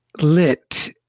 lit